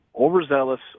overzealous